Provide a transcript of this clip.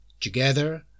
Together